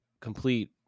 complete